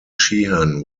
sheehan